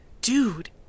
Dude